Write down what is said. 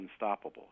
unstoppable